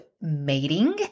mating